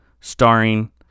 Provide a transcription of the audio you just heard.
starring